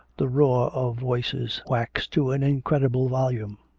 the roar of voices wax to an incredible volume.